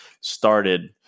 started